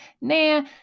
nah